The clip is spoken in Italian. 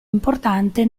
importante